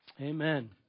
amen